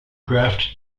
graft